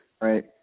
right